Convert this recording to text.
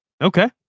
Okay